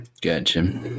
Gotcha